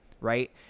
Right